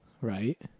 Right